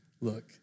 look